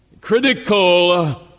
critical